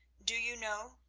do you know,